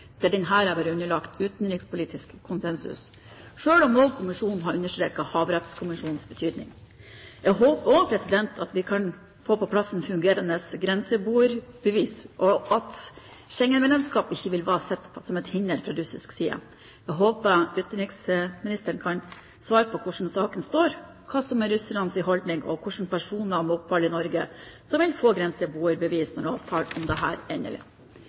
der denne har vært underlagt utenrikspolitisk konsensus, selv om også kommisjonen har understreket havrettskonvensjonens betydning. Jeg håper også at vi kan få på plass et fungerende grenseboerbevis, og at vårt Schengen-medlemskap ikke vil bli sett på som et hinder fra russisk side. Jeg håper utenriksministeren kan svare på hvor saken står, hva som er russernes holdning, og hvilke personer med opphold i Norge som vil få grenseboerbevis når avtalen om dette er endelig.